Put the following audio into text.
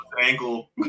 ankle